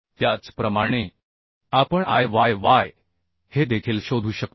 त्याचप्रमाणे आपण Iyy हे देखील शोधू शकतो